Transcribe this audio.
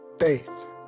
faith